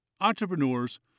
entrepreneurs